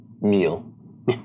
meal